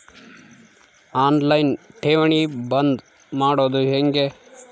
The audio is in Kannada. ಆನ್ ಲೈನ್ ಠೇವಣಿ ಬಂದ್ ಮಾಡೋದು ಹೆಂಗೆ?